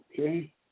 Okay